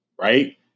right